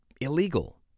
illegal